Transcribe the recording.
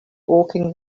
walking